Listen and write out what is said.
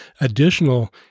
additional